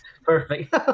Perfect